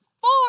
four